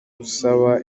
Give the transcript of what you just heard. usaba